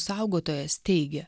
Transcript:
saugotojas teigė